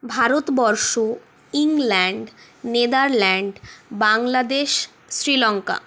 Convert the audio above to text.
Bharatvarsha England Netherland Bangladesh Sri Lanka